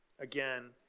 again